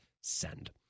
send